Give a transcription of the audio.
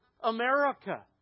America